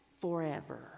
forever